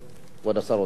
כבוד השר רוצה להתייחס?